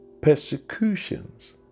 persecutions